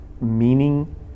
meaning